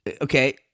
Okay